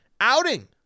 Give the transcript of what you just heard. outing